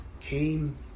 came